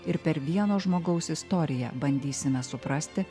ir per vieno žmogaus istoriją bandysime suprasti